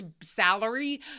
salary